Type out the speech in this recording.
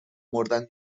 مردن